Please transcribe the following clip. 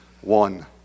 One